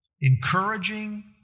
Encouraging